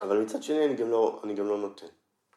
אבל מצד שני אני גם לא נותן